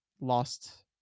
lost